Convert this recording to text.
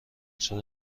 چرا